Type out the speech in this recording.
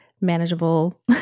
manageable